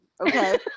okay